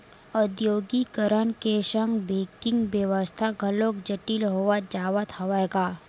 औद्योगीकरन के संग बेंकिग बेवस्था घलोक जटिल होवत जावत हवय गा